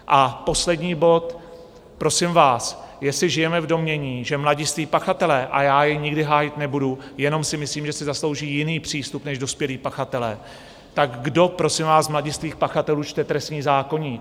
A poslední bod: prosím vás, jestli žijeme v domnění, že mladiství pachatelé a já je nikdy hájit nebudu, jenom si myslím, že si zaslouží jiný přístup než dospělí pachatelé tak kdo, prosím vás, z mladistvých pachatelů čte trestní zákoník?